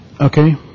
Okay